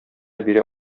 бирә